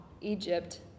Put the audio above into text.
Egypt